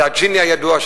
מדד ג'יני הידוע,